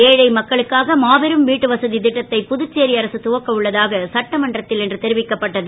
ஏழை மக்களுக்காக மாபெரும் வீட்டுவசதி இட்டத்தை புதுச்சேரி அரசு துவக்க உள்ளதாக சட்டமன்றத்தில் இன்று தெரிவிக்கப்பட்டது